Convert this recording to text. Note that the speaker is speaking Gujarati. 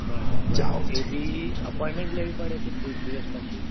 બર બરાબર એ બી અપોઇન્ટમેન્ટ લેવી પડે કે ત્રીસ દિવસ પછી